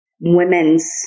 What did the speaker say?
women's